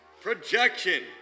Projection